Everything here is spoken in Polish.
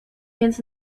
więc